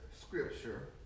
scripture